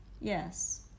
yes